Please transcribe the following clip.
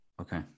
okay